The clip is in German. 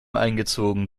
eingezogen